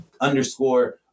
underscore